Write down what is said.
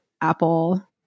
Apple